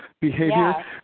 behavior